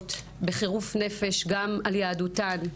דואגות בחירוף נפש גם על יהדותן,